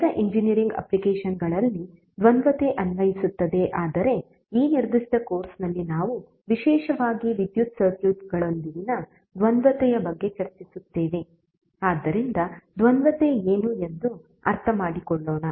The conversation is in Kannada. ವಿವಿಧ ಇಂಜಿನಿಯರಿಂಗ್ ಅಪ್ಲಿಕೇಶನ್ ಗಳಲ್ಲಿ ದ್ವಂದ್ವತೆ ಅನ್ವಯಿಸುತ್ತದೆ ಆದರೆ ಈ ನಿರ್ದಿಷ್ಟ ಕೋರ್ಸ್ನಲ್ಲಿ ನಾವು ವಿಶೇಷವಾಗಿ ವಿದ್ಯುತ್ ಸರ್ಕ್ಯೂಟ್ಗಳೊಂದಿಗಿನ ದ್ವಂದ್ವತೆಯ ಬಗ್ಗೆ ಚರ್ಚಿಸುತ್ತೇವೆ ಆದ್ದರಿಂದ ದ್ವಂದ್ವತೆ ಏನು ಎಂದು ಅರ್ಥಮಾಡಿಕೊಳ್ಳೋಣ